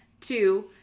two